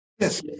Yes